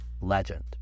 legend